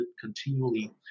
continually